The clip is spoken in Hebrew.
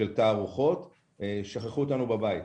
של תערוכות שכחו אותנו בבית.